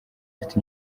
afite